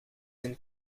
een